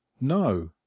no